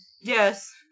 Yes